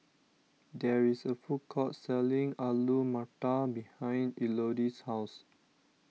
there is a food court selling Alu Matar behind Elodie's house